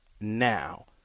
now